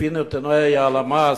לפי נתוני הלמ"ס,